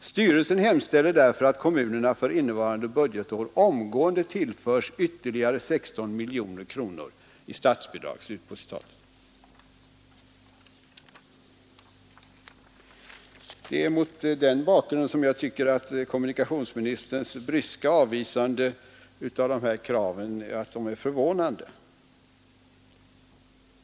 Styrelsen hemställer därför att kommunerna för innevarande budgetår omgående tillförs ytterligare 16 miljoner kronor i statsbidrag.” Det är mot den bakgrunden jag tycker att kommunikationsministerns bryska avvisande av dessa krav är förvånande.